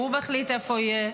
שהוא מחליט איפה יהיה,